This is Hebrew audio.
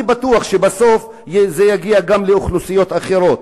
אני בטוח שבסוף זה יגיע גם לאוכלוסיות אחרות,